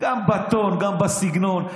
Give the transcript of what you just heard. גם בטון, גם בסגנון.